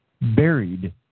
buried